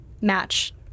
match